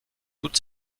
toute